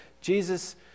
Jesus